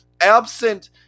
absent